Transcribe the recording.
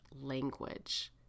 language